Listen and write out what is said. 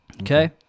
Okay